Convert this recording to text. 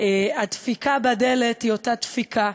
הדפיקה בדלת היא אותה דפיקה,